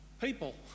people